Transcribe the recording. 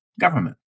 government